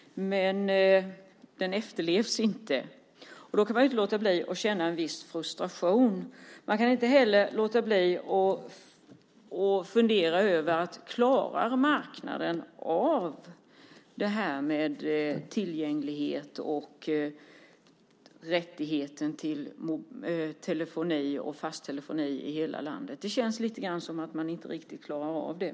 Men den efterlevs inte, och då kan man ju inte låta bli att känna en viss frustration. Man kan inte heller låta bli att fundera över om marknaden klarar av det här med tillgänglighet och rättigheten till telefoni och fast telefoni i hela landet. Det känns lite grann som att man inte riktigt klarar av det.